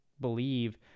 believe